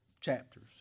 chapters